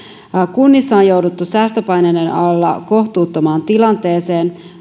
kunnissa on jouduttu säästöpaineiden alla kohtuuttomaan tilanteeseen